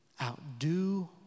Outdo